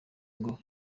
ngo